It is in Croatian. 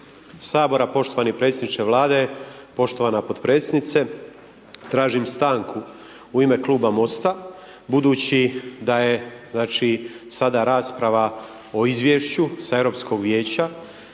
Sabora, poštovani predsjedniče Vlade, poštovana potpredsjednice, tražim stanku u ime kluba MOST-a budući da je znači sada rasprava o izvješću sa Europskog vijeća.